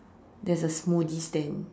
there's a smoothie stand